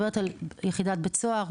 יחידת בית סוהר,